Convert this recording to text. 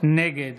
נגד